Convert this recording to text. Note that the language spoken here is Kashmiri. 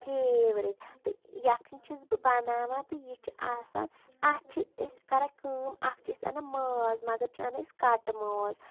پھیورِٹ تہٕ یَکھٕنۍ چھس بہٕ بناوان تہٕ یہِ چھِ آسان اَتھ چھِ أسۍ کَران کٲم اَکھ چھِ أسۍ اَنان ماز مگر چھِ اَنان أسۍ کَٹہٕ ماز